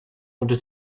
unter